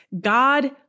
God